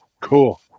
cool